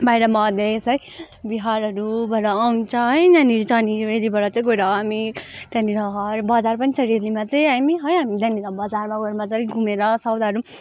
बाहिर मधेस है बिहारहरूबाट आउँछ है यहाँनिर चाहिँ अनि रेलीबाट चाहिँ गएर हामी त्यहाँनिर बजार पनि छ रेलीमा चाहिँ हामी है हामी त्यहाँनिर बजार मजाले घुमेर सौदाहरू पनि